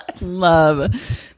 love